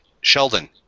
Sheldon